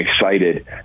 excited